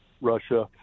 Russia—